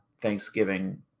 thanksgiving